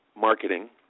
marketing